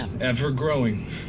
ever-growing